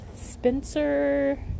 Spencer